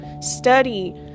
study